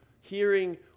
hearing